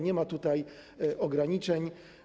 Nie ma tutaj ograniczeń.